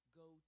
go